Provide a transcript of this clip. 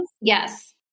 Yes